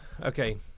Okay